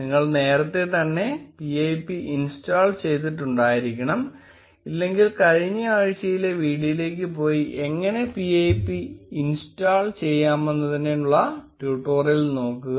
നിങ്ങൾ നേരത്തെ തന്നെ pip ഇൻസ്റ്റാൾ ചെയ്തിട്ടുണ്ടായിരിക്കണം ഇല്ലെങ്കിൽ കഴിഞ്ഞ ആഴ്ചയിലെ വീഡിയോയിലേക്ക് പോയി എങ്ങനെ pip എങ്ങനെ ഇൻസ്റ്റാൾ ചെയ്യാമെന്നതിനുള്ള ട്യൂട്ടോറിയൽ നോക്കുക